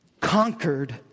conquered